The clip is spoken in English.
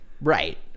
Right